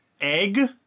egg